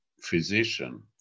physician